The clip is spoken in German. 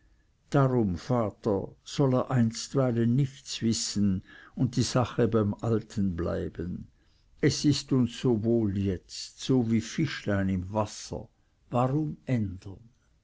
darum vater soll er einstweilen nichts wissen und die sache beim alten bleiben es ist uns so wohl jetzt so wie fischlein im wasser warum ändern